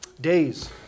Days